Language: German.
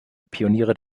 pioniere